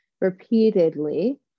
repeatedly